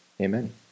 Amen